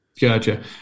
gotcha